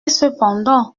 cependant